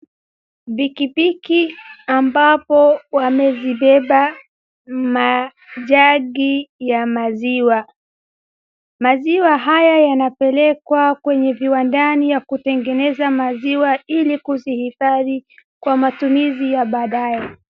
Pikipiki ambapo wamezibeba majagi ya maziwa. Maziwa haya yanapelekwa kwenye viwandani ya kutengeneza maziwa ili kuzihifadhi kwa matumizi ya baadaye.